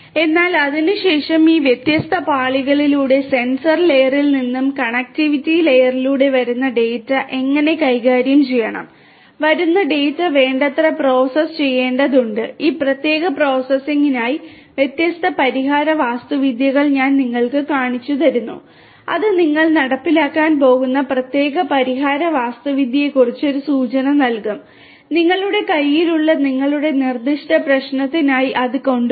എന്നാൽ അതിനുശേഷം ഈ വ്യത്യസ്ത പാളികളിലൂടെ സെൻസർ ലെയറിൽ നിന്ന് കണക്റ്റിവിറ്റി ലെയറിലൂടെ വരുന്ന ഡാറ്റ എങ്ങനെ കൈകാര്യം ചെയ്യണം വരുന്ന ഡാറ്റ വേണ്ടത്ര പ്രോസസ് ചെയ്യേണ്ടതുണ്ട് ഈ പ്രത്യേക പ്രോസസ്സിംഗിനായി വ്യത്യസ്ത പരിഹാര വാസ്തുവിദ്യകൾ ഞാൻ നിങ്ങൾക്ക് കാണിച്ചുതരുന്നു അത് നിങ്ങൾ നടപ്പിലാക്കാൻ പോകുന്ന പ്രത്യേക പരിഹാര വാസ്തുവിദ്യയെക്കുറിച്ച് ഒരു സൂചന നൽകും നിങ്ങളുടെ കൈയിലുള്ള നിങ്ങളുടെ നിർദ്ദിഷ്ട പ്രശ്നത്തിനായി അത് കൊണ്ടുവരും